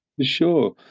sure